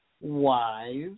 wives